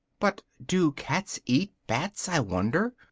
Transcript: but do cats eat bats, i wonder?